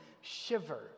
shiver